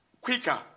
quicker